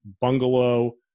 bungalow